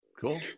Cool